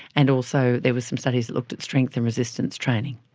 and also there was some studies that looked at strength and resistance training.